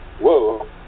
whoa